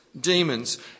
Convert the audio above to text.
demons